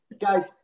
guys